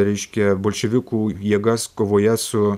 reiškia bolševikų jėgas kovoje su